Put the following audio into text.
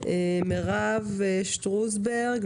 מירב שטרוסברג,